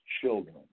children